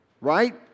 Right